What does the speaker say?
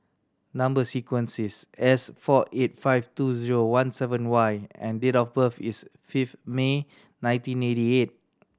number sequence is S four eight five two zero one seven Y and date of birth is fifth May nineteen eighty eight